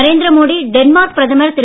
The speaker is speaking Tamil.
நரேந்திர மோடி டென்மார்க் பிரதமர் திரு